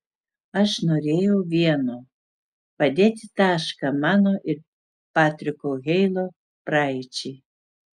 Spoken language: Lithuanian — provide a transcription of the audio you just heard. aš norėjau vieno padėti tašką mano ir patriko heilo praeičiai